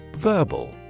Verbal